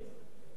זה רק נוצרים.